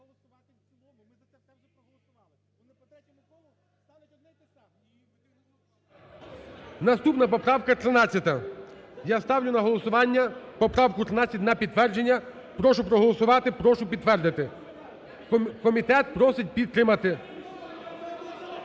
Наступна поправка 13. Я ставлю на голосування поправку 13 на підтвердження. Прошу проголосувати, прошу підтвердити. Комітет просить підтримати.